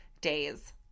days